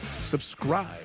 subscribe